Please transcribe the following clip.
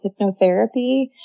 Hypnotherapy